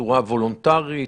בצורה וולונטרית,